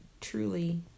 truly